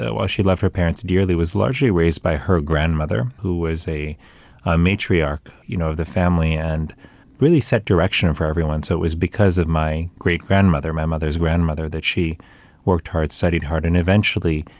ah while she loved her parents dearly, was largely raised by her grandmother who was a ah matriarch, you know, of the family and really set direction and for everyone. so, it was because of my great grandmother, my mother's grandmother, that she worked hard, studied hard, and eventually,